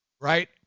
Right